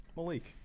Malik